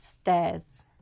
stairs